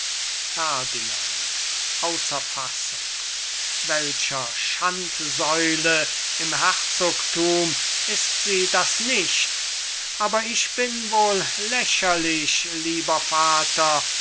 fassung welcher schandsäule im herzogthum ist sie das nicht aber ich bin wohl lächerlich lieber vater